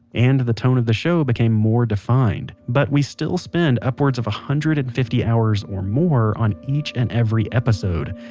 and the tone of the show became more defined. but we still spend upwards of one hundred and fifty hours or more on each and every episode.